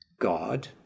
God